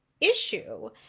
issue